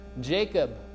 Jacob